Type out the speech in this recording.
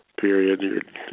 period